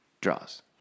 draws